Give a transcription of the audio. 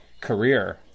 career